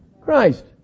Christ